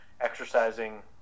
exercising